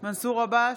מנסור עבאס,